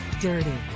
Dirty